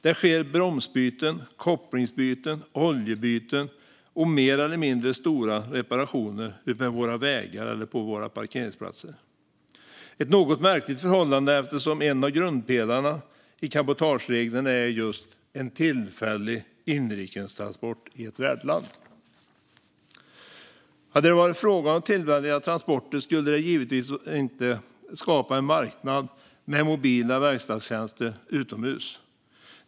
Det sker bromsbyten, kopplingsbyten, oljebyten och mer eller mindre stora reparationer utmed våra vägar eller på parkeringsplatser. Det är ett något märkligt förhållande eftersom en av grundpelarna i cabotagereglerna är just tillfällig inrikestransport i värdland. Om det hade varit fråga om tillfälliga transporter skulle det givetvis inte skapa en marknad med mobila verkstadstjänster utomhus.